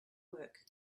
work